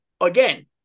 again